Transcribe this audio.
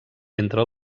entre